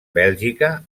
bèlgica